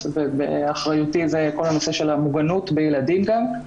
-- ובאחריותי זה כל הנושא של המוגנות בילדים גם,